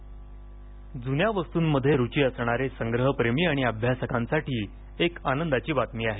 script जुन्या वस्तूंमध्ये रुची असणारे संग्रहप्रेमी आणि अभ्यासकांसाठी एक आनंदाची बातमी आहे